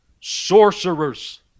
sorcerers